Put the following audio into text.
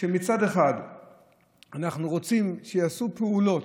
מצד אחד אנחנו רוצים שייעשו פעולות,